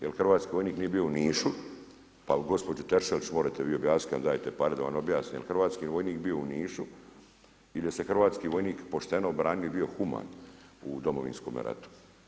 Jer hrvatski vojnik nije bio u Nišu, pa gospođi Tešelić možete vi objasniti, kad dajete pare, da vam objasnim, hrvatski vojnik je bio u Nišu i da se hrvatski vojnik pošteno branio i bio human u Domovinskome ratu.